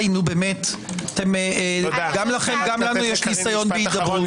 גם לכם גם לנו יש ניסיון בהידברות.